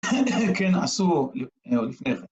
כן, עשו לפני כן.